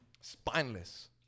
Spineless